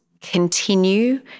continue